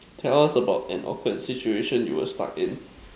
tell us about an awkward situation you were stuck in